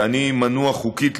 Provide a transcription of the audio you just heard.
אני מנוע חוקית,